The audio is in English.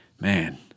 man